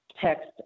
text